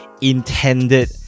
intended